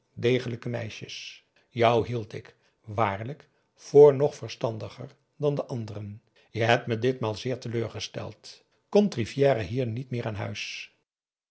degelijke meisjes jou hield ik waarlijk voor nog verstandiger dan de anderen je hebt me ditmaal zeer teleurgesteld komt rivière hier niet meer aan huis